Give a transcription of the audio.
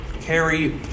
carry